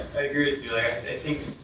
i agree with you, i think.